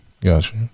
Gotcha